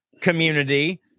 community